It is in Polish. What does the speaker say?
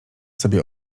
sobie